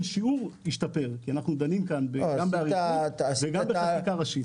שיעור כי אנחנו דנים כאן גם באריכות וגם בחקיקה ראשית.